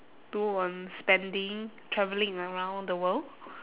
do on spending travelling around the world